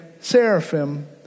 seraphim